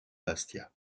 bastia